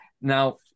Now